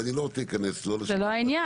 ואני לא רוצה להיכנס ל --- זה לא העניין,